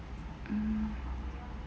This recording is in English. mm